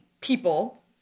people